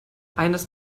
eines